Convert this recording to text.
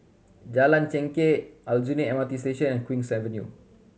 Jalan Chengkek Aljunied M R T Station and Queen's Avenue